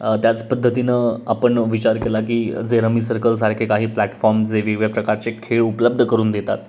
त्याच पद्धतीनं आपण विचार केला की जे रमी सर्कलसारखे काही प्लॅटफॉम जे वेगवेगळ्या प्रकारचे खेळ उपलब्ध करून देतात